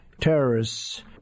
terrorists